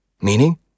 Meaning